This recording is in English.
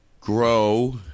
grow